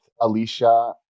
alicia